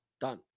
Done